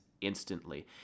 instantly